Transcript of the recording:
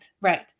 Right